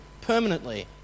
permanently